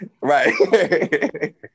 Right